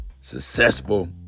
successful